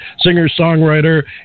singer-songwriter